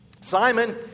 Simon